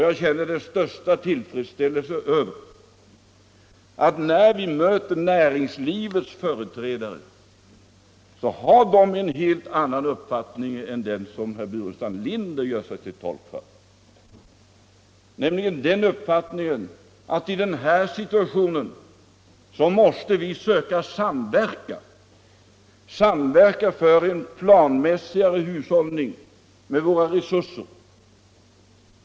Jag känner den största tillfredsställelse över att näringslivets företrädare har en helt annan uppfattning än den som herr Burenstam Linder gör sig till tolk för, nämligen den uppfattningen att vi i den här situationen måste söka samverkan för planmässigare hushållning med våra resurser.